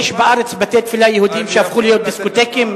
יש בארץ בתי-תפילה יהודיים שהפכו להיות דיסקוטקים,